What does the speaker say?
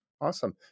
Awesome